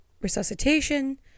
resuscitation